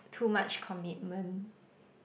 too much commitment